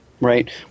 right